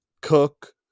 Cook